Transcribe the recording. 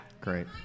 Great